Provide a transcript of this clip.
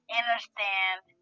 understand